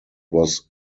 was